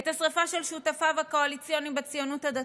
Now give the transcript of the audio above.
את השרפה של שותפיו הקואליציוניים בציונות הדתית,